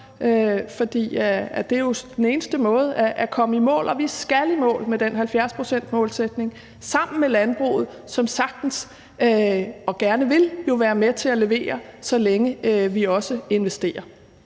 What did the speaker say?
det er jo den eneste måde at komme i mål på, og vi skal i mål med den med den 70-procentsmålsætning sammen med landbruget, som sagtens kan og gerne vil være med til at levere, så længe vi også investerer.